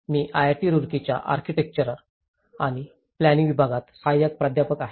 मी IIT रुड़कीच्या architecture आणि planning विभागात सहाय्यक प्राध्यापक आहे